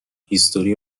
هیستوری